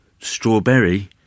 strawberry